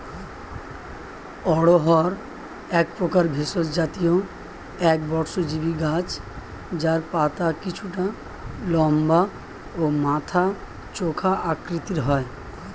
অড়হর একপ্রকার ভেষজ জাতীয় একবর্ষজীবি গাছ যার পাতা কিছুটা লম্বা ও মাথা চোখা আকৃতির হয়